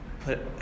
put